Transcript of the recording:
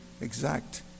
exact